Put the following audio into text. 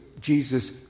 Jesus